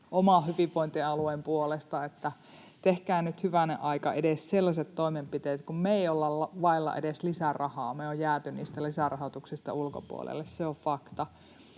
oman hyvinvointialueeni puolesta, että tehkää nyt, hyvänen aika, edes sellaiset toimenpiteet, kun me ei olla edes lisärahaa vailla. Me on jääty niistä lisärahoituksista ulkopuolelle, se on fakta,